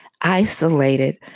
isolated